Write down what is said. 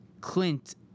Clint